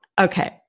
Okay